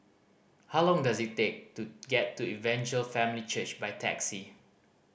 how long does it take to get to Evangel Family Church by taxi